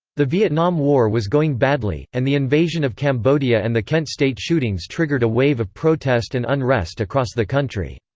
the vietnam war was going badly, and the invasion of cambodia and the kent state shootings triggered a wave of protest and unrest across the country.